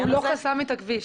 הוא לא חסם את הכביש.